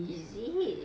is it